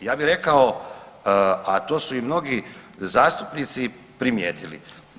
Ja bih rekao, a to su i mnogi zastupnici primijetili.